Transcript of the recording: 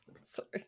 Sorry